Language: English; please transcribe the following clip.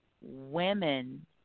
women